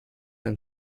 ein